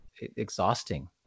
exhausting